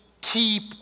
keep